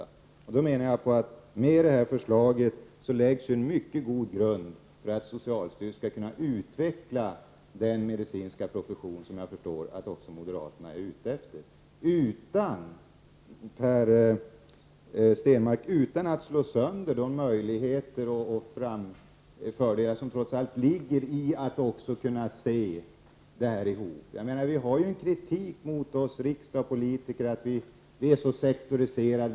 Då 89 menar jag att man med detta förslag lägger en mycket god grund för att socialstyrelsen skall kunna utveckla den medicinska professionen på ett sätt som jag förstår att också moderaterna är ute efter, utan att slå sönder de möjligheter och fördelar som trots allt ligger i att kunna se dessa olika saker tillsammans. Vi politiker får ju kritik mot oss att vara så sektoriserade.